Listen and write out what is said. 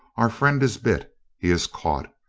our friend is bit. he is caught.